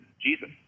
Jesus